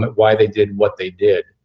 but why they did what they did.